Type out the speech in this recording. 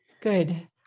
good